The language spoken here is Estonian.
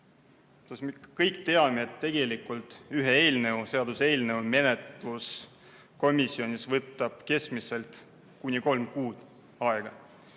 kõik teame, et tegelikult ühe seaduseelnõu menetlus komisjonis võtab keskmiselt kuni kolm kuud aega.